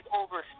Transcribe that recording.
over